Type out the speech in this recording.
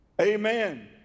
Amen